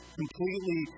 completely